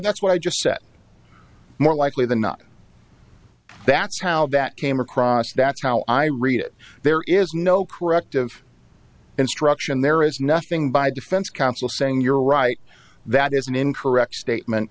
that's what i just set more likely than not that's how that came across that's how i read it there is no corrective instruction there is nothing by defense counsel saying you're right that is an incorrect statement